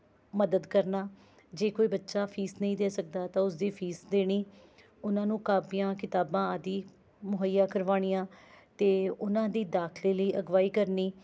ਮਦਦ ਕਰਨਾ ਜੇ ਕੋਈ ਬੱਚਾ ਫੀਸ ਨਹੀਂ ਦੇ ਸਕਦਾ ਤਾਂ ਉਸ ਦੀ ਫੀਸ ਦੇਣੀ ਉਹਨਾਂ ਨੂੰ ਕਾਪੀਆਂ ਕਿਤਾਬਾਂ ਆਦਿ ਮੁਹੱਈਆ ਕਰਵਾਉਣੀਆਂ ਅਤੇ ਉਹਨਾਂ ਦੀ ਦਾਖਲੇ ਲਈ ਅਗਵਾਈ ਕਰਨੀ